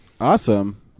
awesome